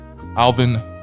Alvin